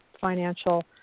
financial